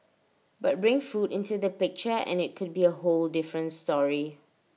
but bring food into the picture and IT could be A whole different story